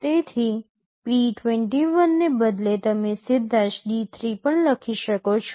તેથી p21 ને બદલે તમે સીધા જ D3 પણ લખી શકો છો